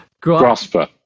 grasper